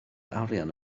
arian